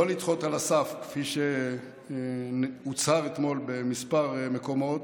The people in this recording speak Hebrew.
לא לדחות על הסף, כפי שהוצהר אתמול בכמה מקומות,